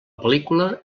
pel·lícula